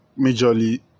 majorly